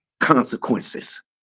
consequences